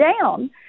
down